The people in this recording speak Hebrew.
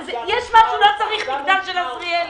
הוא לא צריך את מגדל עזריאלי.